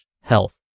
health